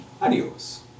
Adios